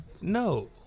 No